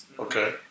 Okay